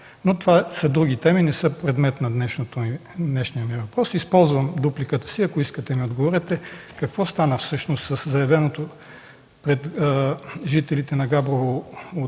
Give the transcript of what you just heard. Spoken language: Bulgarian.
Но това са други теми. Не са предмет на днешния ми въпрос. Използвам дупликата си, ако искате ми отговорете: какво стана всъщност със заявеното пред жителите на Габрово